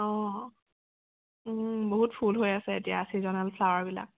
অঁ বহুত ফুল হৈ আছে এতিয়া ছিজনেল ফ্লাৱাৰবিলাক